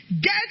Get